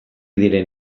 diren